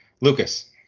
Lucas